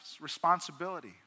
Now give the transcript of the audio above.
responsibility